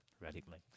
radically